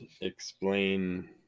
explain